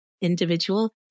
individual